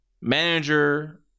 manager